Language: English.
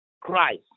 Christ